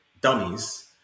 dummies